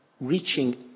reaching